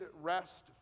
rest